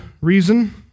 reason